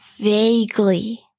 vaguely